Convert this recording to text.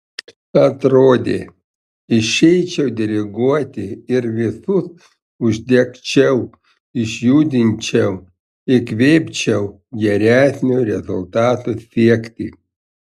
atrodė išeičiau diriguoti ir visus uždegčiau išjudinčiau įkvėpčiau geresnio rezultato siekti